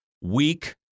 weak